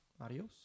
adios